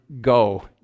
go